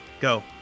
Go